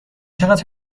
چقدر